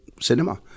cinema